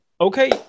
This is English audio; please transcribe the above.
Okay